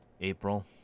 April